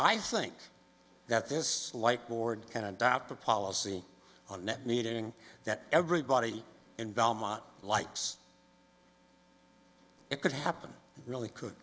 i think that this white board can adopt a policy on net meeting that everybody in belmont likes it could happen really co